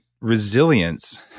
resilience